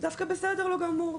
דווקא בסדר לו גמור,